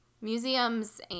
museums